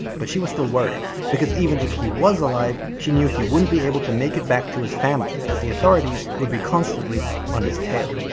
but she was still worried. because even if he was alive, she knew he wouldn't be able to make it back to his family as the authorities would be constantly on his tail.